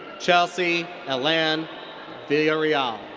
chelsea ellan villarreal.